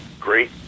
great